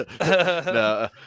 No